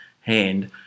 hand